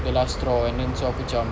the last straw and then so aku cam